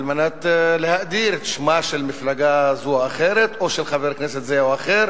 על מנת להאדיר את שמה של מפלגה זו או אחרת או של חבר כנסת זה או אחר